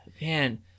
man